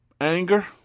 anger